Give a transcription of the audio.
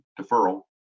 deferral